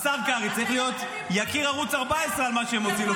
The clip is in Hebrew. השר קרעי צריך להיות יקיר ערוץ 14 על מה שהוא עשה.